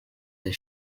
der